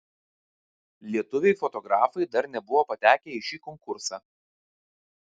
lietuviai fotografai dar nebuvo patekę į šį konkursą